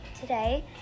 today